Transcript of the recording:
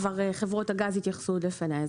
חברות הגז כבר התייחסו לפניי.